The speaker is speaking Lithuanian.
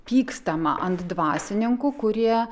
pykstama ant dvasininkų kurie